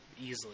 easily